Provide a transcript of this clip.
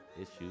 issues